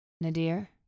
Nadir